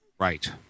Right